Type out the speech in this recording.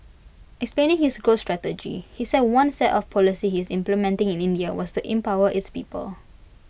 explaining his growth strategy he said one set of policy he is implementing in India was to empower its people